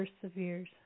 perseveres